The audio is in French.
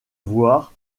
voir